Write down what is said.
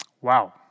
Wow